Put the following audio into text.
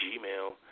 gmail